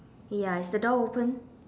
ya is the door open